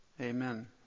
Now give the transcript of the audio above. Amen